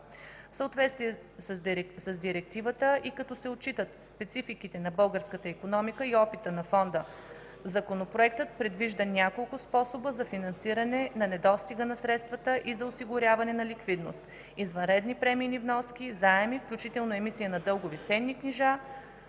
В съответствие с Директивата и като се отчитат спецификите на българската икономика и опитът на Фонда, Законопроектът предвижда няколко способа за финансиране на недостига на средства и за осигуряване на ликвидност – извънредни премийни вноски, заеми, включително емисия на дългови ценни книжа